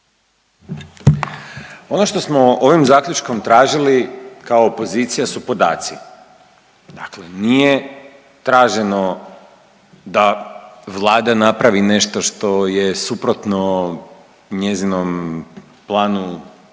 Ono što smo ovim zaključkom tražili kao opozicija su podaci. Dakle, nije traženo da Vlada napravi nešto što je suprotno njezinom planu